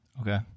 Okay